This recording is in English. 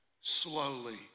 Slowly